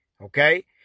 Okay